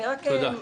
אני רק מציפה.